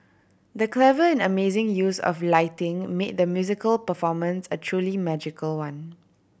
the clever and amazing use of lighting made the musical performance a truly magical one